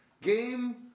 game